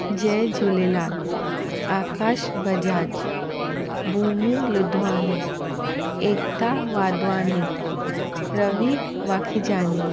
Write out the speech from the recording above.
Jay Jhulelal Akash Bajaj Bhumi Ludhwani Ekta Wadhwani Ravi Makhijani